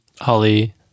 Holly